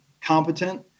competent